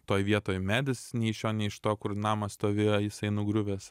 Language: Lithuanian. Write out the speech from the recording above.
toj vietoj medis nei iš šio nei iš to kur namas stovėjo jisai nugriuvęs